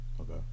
Okay